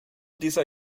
dieser